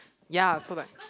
ya so like